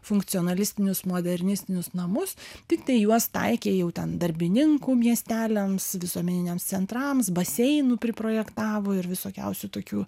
funkcionalistinius modernistinius namus tiktai juos taikė jau ten darbininkų miesteliams visuomeniniams centrams baseinų priprojektavo ir visokiausių tokių